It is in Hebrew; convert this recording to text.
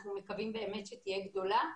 שאנחנו מקווים שתהיה באמת גדולה,